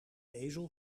ezel